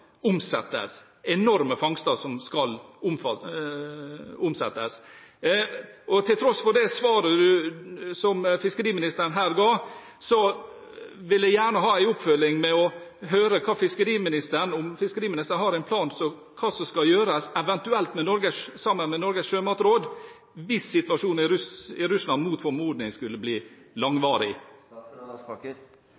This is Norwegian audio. omsettes – enorme fangster. Til tross for det svaret fiskeriministeren her ga, vil jeg gjerne som oppfølging høre om fiskeriministeren har en plan for hva som skal gjøres, evt. sammen med Norges sjømatråd, hvis situasjonen i Russland mot formodning skulle bli